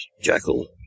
Jackal